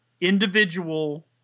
individual